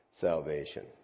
salvation